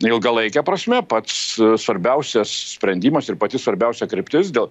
ilgalaike prasme pats svarbiausias sprendimas ir pati svarbiausia kryptis dėl